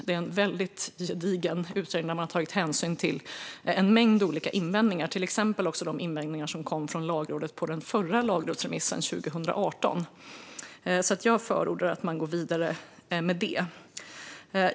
Det är en väldigt gedigen utredning där man har tagit hänsyn till en mängd olika invändningar, också de invändningar som kom från Lagrådet i fråga om den förra lagrådsremissen 2018. Jag förordar alltså att man går vidare med detta.